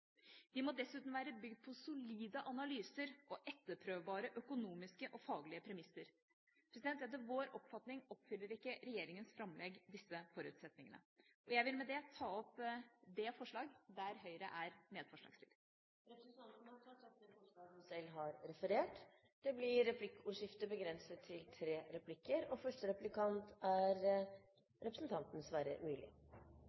De må dessuten være bygd på solide analyser og etterprøvbare økonomiske og faglige premisser. Etter vår oppfatning oppfyller ikke regjeringas framlegg disse forutsetningene. Jeg vil med det ta opp det forslag der Høyre er medforslagsstiller. Representanten Ine M. Eriksen Søreide har tatt opp det forslaget hun refererte til. Det blir replikkordskifte.